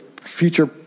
future